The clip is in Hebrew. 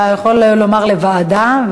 אתה יכול לומר לוועדה,